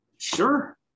Sure